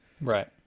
Right